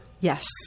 Yes